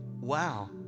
wow